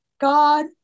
God